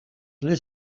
les